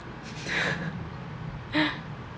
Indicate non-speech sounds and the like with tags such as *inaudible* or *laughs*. *laughs*